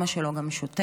אימא שלו שוטרת.